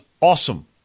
awesome